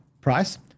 price